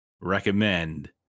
recommend